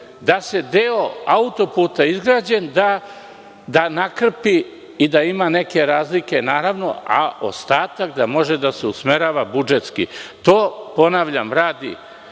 da se deo autoputa izgradi da nakrpi i da ima neke razlike, naravno, a ostatak da može da se usmerava budžetski. To, ponavljam, radi